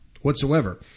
whatsoever